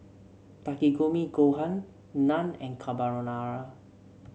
Takikomi Gohan Naan and Carbonara